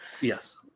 Yes